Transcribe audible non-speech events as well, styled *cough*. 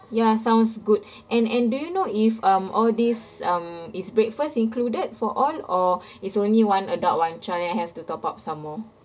ya sounds good *breath* and and do you know if um all this um is breakfast included for all or *breath* it's only one adult one child and have to top up some more